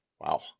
wow